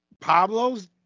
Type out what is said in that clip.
Pablo's